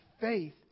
faith